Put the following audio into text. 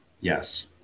Yes